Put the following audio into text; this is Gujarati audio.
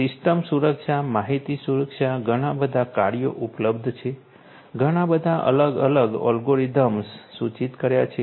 સિસ્ટમ સુરક્ષા માહિતી સુરક્ષા ઘણાં બધાં કાર્યો ઉપલબ્ધ છે ઘણાં બધાં અલગ અલગ એલ્ગોરિધમ્સ સૂચિત કર્યા છે